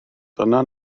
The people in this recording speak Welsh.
dyna